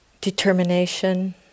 determination